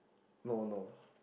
no no